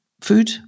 food